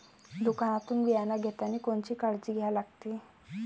दुकानातून बियानं घेतानी कोनची काळजी घ्या लागते?